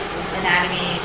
anatomy